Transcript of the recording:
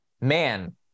man